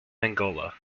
angola